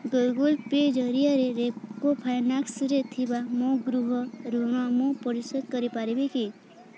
Google Pay ଜରିଆରେ ରେପ୍କୋ ଫାଇନାନ୍ସରେ ଥିବା ମୋ ଗୃହ ଋଣ ମୁଁ ପରିଶୋଧ କରିପାରିବି କି